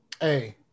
Hey